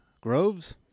Groves